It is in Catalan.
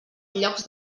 llocs